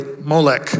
Molech